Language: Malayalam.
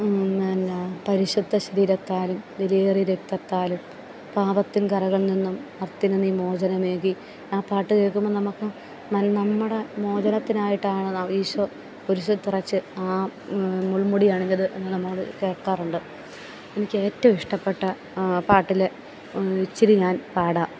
പിന്നെ പരിശുദ്ധ ശരീരത്താലും വിലയേറിയ രക്തത്താലും പാപത്തിൻ കറകളിൽ നിന്നും മർത്യനു നീ മോചനമേകി ആ പാട്ട് കേൾക്കുമ്പം നമുക്ക് നമ്മുടെ മോചനത്തിനായിട്ടാണ് ഈശോ കുരിശിൽ തറച്ച് ആ മുൾമുടി അണിഞ്ഞത് എന്ന് നമ്മോട് കേൾക്കാറുണ്ട് എനിക്കേറ്റോം ഇഷ്ടപ്പെട്ട പാട്ടിൽ ഇച്ചിരി ഞാൻ പാടാം